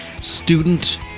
Student